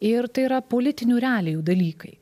ir tai yra politinių realijų dalykai